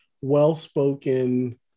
well-spoken